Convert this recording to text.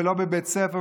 ולא בבית ספר,